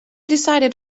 decided